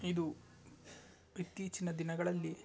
ಇದು ಇತ್ತೀಚಿನ ದಿನಗಳಲ್ಲಿ